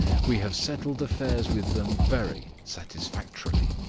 we have settled affairs with them very satisfactorily.